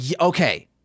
Okay